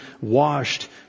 washed